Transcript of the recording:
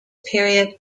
period